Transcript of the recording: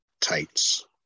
tights